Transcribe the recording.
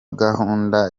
gahunda